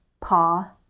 paw